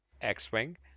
X-wing